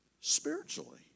spiritually